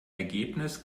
ergebnis